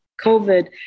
COVID